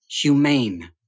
humane